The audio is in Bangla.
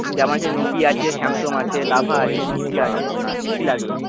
যেমন আছে নোকিয়া আছে স্যামসাং আছে লাভা আছে নোকিয়া আছে কি লাগবে